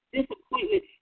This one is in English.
disappointment